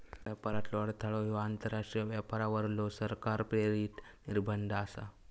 व्यापारातलो अडथळो ह्यो आंतरराष्ट्रीय व्यापारावरलो सरकार प्रेरित निर्बंध आसा